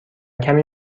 کمی